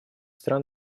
стран